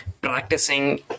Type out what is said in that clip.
practicing